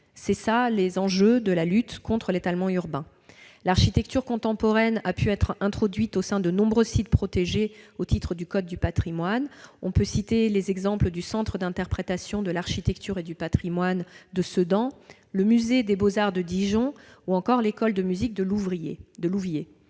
C'est l'un des enjeux de la lutte contre l'étalement urbain. Ainsi, l'architecture contemporaine a pu être introduite au sein de nombreux sites protégés au titre de code du patrimoine. Nous pouvons, notamment, citer les exemples du Centre d'interprétation de l'architecture et du patrimoine de Sedan, du musée des Beaux-arts de Dijon ou encore de l'école de musique de Louviers.